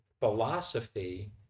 philosophy